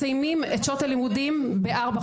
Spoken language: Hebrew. מסיימים את שעות הלימודים ב-16:00.